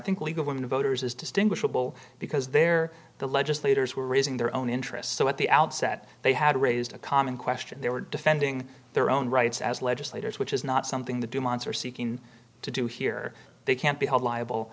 think league of women voters is distinguishable because they're the legislators who are raising their own interest so at the outset they had raised a common question they were defending their own rights as legislators which is not something the dumont's are seeking to do here they can't be held liable